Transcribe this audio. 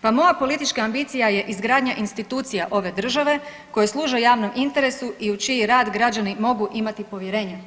Pa moja politička ambicija je izgradnja institucija ove države koje služe javnom interesu i u čiji rad građani mogu imati povjerenja